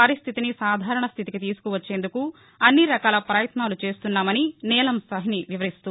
పరిస్థితిని సాధారణ స్టితికి తీసుకువచ్చేందుకు అన్ని రకాల ప్రయత్నాలు చేస్తున్నామని నీలం సాహ్ని వివరిస్తూ